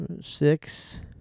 six